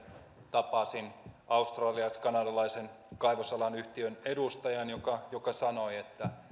tapasin australialais kanadalaisen kaivosalan yhtiön edustajan joka joka sanoi että